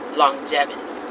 longevity